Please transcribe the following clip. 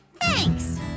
Thanks